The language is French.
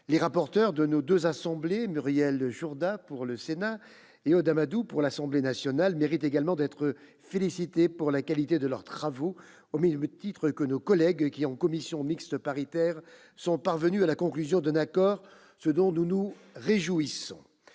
Les rapporteurs de nos deux assemblées, Muriel Jourda pour le Sénat et Aude Amadou pour l'Assemblée nationale, méritent également d'être félicitées pour la qualité de leurs travaux, au même titre que nos collègues, qui, en commission mixte paritaire, sont parvenus à la conclusion d'un accord, ce dont nous nous réjouissons.